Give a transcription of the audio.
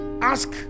ask